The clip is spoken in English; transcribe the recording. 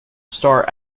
star